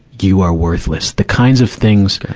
you are worthless. the kinds of things,